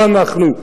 לא אנחנו,